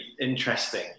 interesting